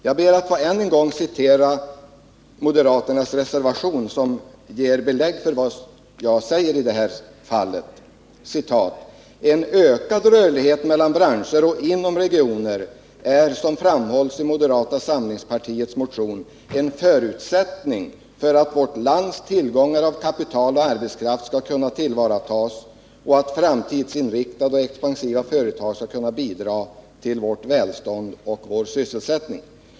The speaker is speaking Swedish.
Jag ber att än en gång få citera ur reservationen 1 från moderaterna, vilket ger belägg för vad jag säger: ”En ökad rörlighet mellan branscher och inom regioner är som framhålls i moderata samlingspartiets motion en förutsättning för att vårt lands tillgångar av kapital och arbetskraft skall kunna tillvaratas och att framtidsinriktade och expansiva företag skall kunna bidra till vårt välstånd och vår sysselsättning.